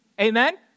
amen